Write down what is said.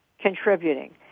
contributing